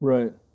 Right